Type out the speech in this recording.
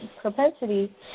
propensity